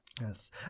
Yes